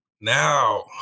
now